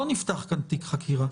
לא נפתח כאן תיק חקירה.